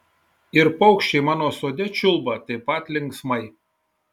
ir paukščiai mano sode čiulba taip pat linksmai